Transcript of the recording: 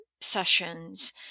sessions